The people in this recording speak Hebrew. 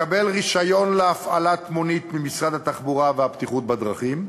לקבל רישיון להפעלת מונית ממשרד התחבורה והבטיחות בדרכים,